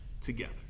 together